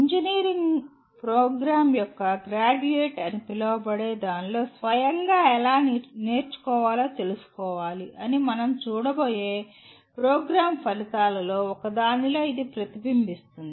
engineering programme యొక్క graduate అని పిలవబడే దానిలో స్వయంగా ఎలా నేర్చుకోవాలో తెలుసుకోవాలి అని మనం చూడబోయే ప్రోగ్రామ్ ఫలితాలలో ఒకదానిలో ఇది ప్రతిబింబిస్తుంది